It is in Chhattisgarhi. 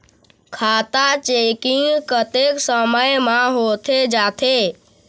खाता चेकिंग कतेक समय म होथे जाथे?